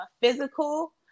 physical